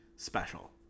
special